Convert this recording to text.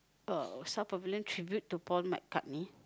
uh tribute to Paul-McCartney